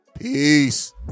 peace